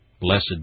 Blessed